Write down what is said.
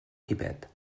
quimet